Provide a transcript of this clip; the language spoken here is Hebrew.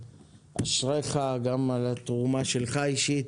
אשריך גם על התרומה שלך האישית